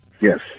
Yes